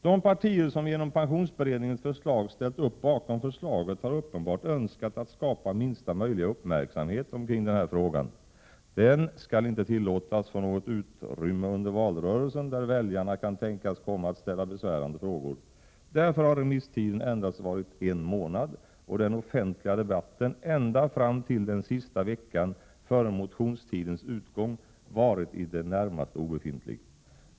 De partier som genom pensionsberedningens förslag ställt upp bakom förslaget har uppenbart önskat att skapa minsta möjliga uppmärksamhet omkring den här frågan. Den skall inte tillåtas få något utrymme under valrörelsen, där väljarna kan tänkas komma att ställa besvärande frågor. Därför har remisstiden varit endast en månad, och därför har den offentliga debatten ända fram till den sista veckan före motionstidens utgång varit i det närmaste obefintlig.